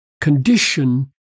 condition